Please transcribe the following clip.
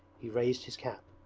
he raised his cap.